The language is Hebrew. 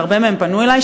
והרבה מהם פנו אלי,